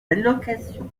allocations